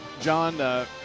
John